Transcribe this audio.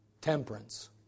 temperance